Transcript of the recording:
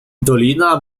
dolina